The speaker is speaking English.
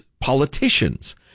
politicians